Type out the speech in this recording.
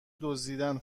دزدیدن